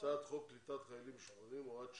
חוק קליטת חיילים משוחררים (הוראת שעה,